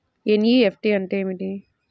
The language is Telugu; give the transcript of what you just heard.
ఎన్.ఈ.ఎఫ్.టీ అంటే ఏమిటీ?